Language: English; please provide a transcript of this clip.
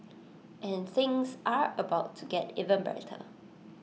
and things are about to get even better